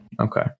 Okay